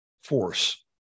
force